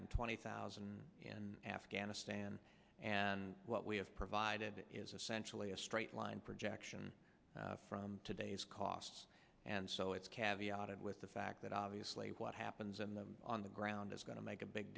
and twenty thousand and afghanistan and what we have provided is essentially a straight line projection from today's costs and so it's caviar and with the fact that obviously what happens in them on the ground is going to make a big